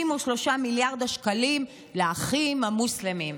53 מיליארד השקלים לאחים המוסלמים.